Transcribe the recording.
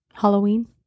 Halloween